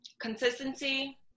Consistency